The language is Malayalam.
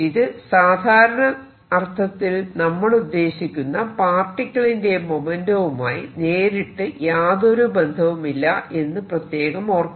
ഇത് സാധാരണ അർത്ഥത്തിൽ നമ്മളുദ്ദേശിക്കുന്ന പാർട്ടിക്കിളിന്റെ മൊമെന്റ്റവുമായി നേരിട്ട് യാതൊരു ബന്ധവുമില്ല എന്ന് പ്രത്യേകം ഓർക്കണം